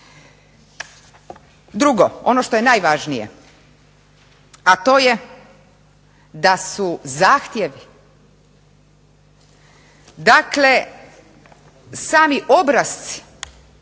Drugo, ono što je najvažnije, a to je da su zahtjevi dakle sami obrasci